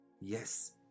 yes